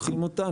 לוקחים אותה,